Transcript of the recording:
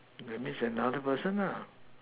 that means another person lah